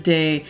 Day